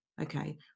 okay